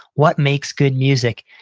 what makes good music?